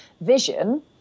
Vision